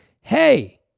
hey